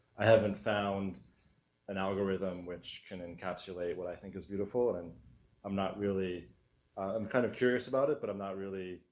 i haven't found an algorithm which can encapsulate what i think is beautiful, and i'm not really i'm kind of curious about it, but i'm not really,